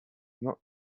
not